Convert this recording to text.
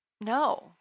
No